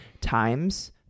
times